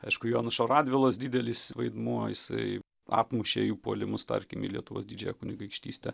aišku jonušo radvilos didelis vaidmuo jisai atmušė jų puolimus tarkim į lietuvos didžiąją kunigaikštystę